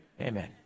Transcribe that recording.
Amen